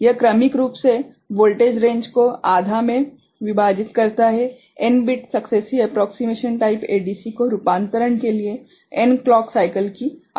यह क्रमिक रूप से वोल्टेज रेंज को आधा में विभाजित करता है n bit successive approximation type ADC को रूपांतरण के लिए n क्लॉक साइकल की आवश्यकता होती है